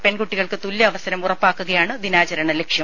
പെൺകുട്ടികൾക്ക് തുല്യ അവസരം ഉറപ്പാക്കുകയാണ് ദിനാചരണ ലക്ഷ്യം